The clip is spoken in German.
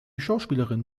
schauspielerin